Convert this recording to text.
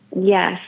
Yes